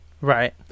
Right